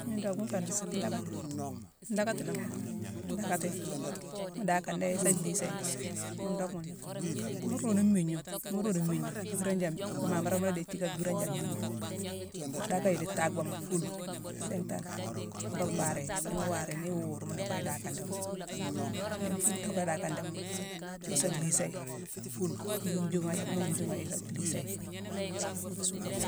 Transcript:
Miine, dockma nfééni: ndaakati. Ndaakati la nféé. Ndaakati, mu daakadéyi, sa lhiisa yi, ghune dock ghuna nféé. Mu ruune mmiigna, mu ruune mmiigna, biranji-an-imamburama mu la déye jické bhiranji an miigna, dhacka yi di taabhuma siintane, mu ka gwar yi. Ni mu war yi, ni wuuru, mu docka yi daakadéma. Ni-fu-docka yi daakadéma, mu sa lhiisa yi, yungh yungha yi. Mu la yungh yungha yi, sa lhiisa yi.